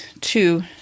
two